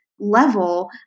level